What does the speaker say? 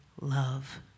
love